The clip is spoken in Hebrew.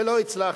ולא הצלחתי.